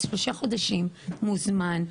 ראיתי מה סל השירותים שניתן, הוא מכובד מאוד.